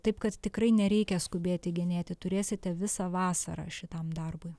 taip kad tikrai nereikia skubėti genėti turėsite visą vasarą šitam darbui